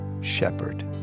shepherd